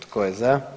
Tko je za?